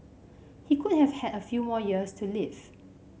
he could have had a few more years to live